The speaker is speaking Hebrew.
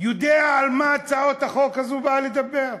יודע על מה הצעת החוק הזו באה לדבר?